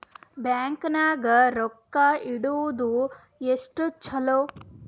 Bank ನಾಗ ರೊಕ್ಕ ಇಡುವುದು ಎಷ್ಟು ಚಲೋ?